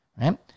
right